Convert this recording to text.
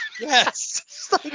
yes